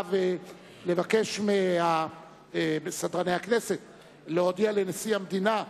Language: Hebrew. עכשיו לבקש מסדרני הכנסת להודיע לנשיא המדינה,